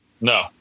No